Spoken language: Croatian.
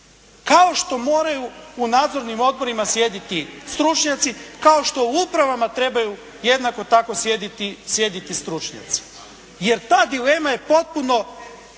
kao što moraju u nadzornim odborima sjediti stručnjaci, kao što u upravama trebaju jednako tako sjediti stručnjaci. Jer ta dilema je potpuno